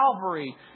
Calvary